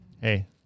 Hey